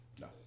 No